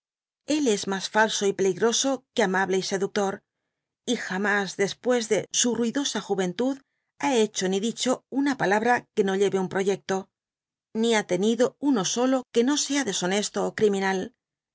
él es mas falso y peligroso que amable y seductor y jamas después de su ruidosa juventud ha hecho ni dicho una palabra que no lleve un proyecto ni ha tenido dby google uno solo que no sea deshonesto ó criminal